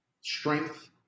strength